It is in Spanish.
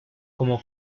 como